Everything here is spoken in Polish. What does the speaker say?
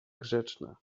grzeczna